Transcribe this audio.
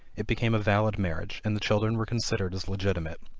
it became a valid marriage, and the children were considered as legitimate.